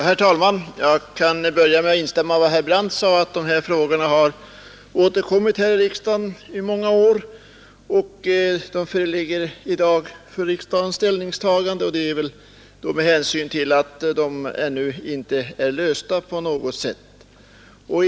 Herr talman! Jag kan börja med att instämma i vad herr Brandt sade, nämligen att dessa frågor har återkommit i riksdagen under många år. Att de i dag återigen är föremål för riksdagens ställningstagande beror väl på att de ännu inte på något sätt är lösta.